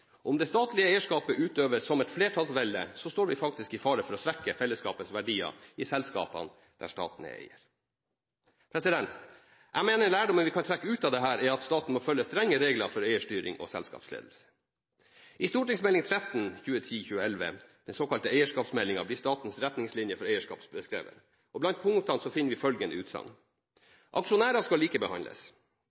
Om det statlige eierskapet utøves som et flertallsvelde, står vi faktisk i fare for å svekke fellesskapets verdier i selskapene der staten er eier. Jeg mener lærdommen vi kan trekke av dette, er at staten må følge strenge regler for eierstyring og selskapsledelse. I Meld. St. 13 for 2010–2011, eierskapsmeldingen, blir statens retningslinjer for eierskap beskrevet. Blant punktene finner vi følgende utsagn: Aksjonærer skal likebehandles.